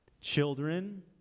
children